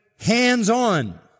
hands-on